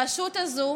הרשות הזו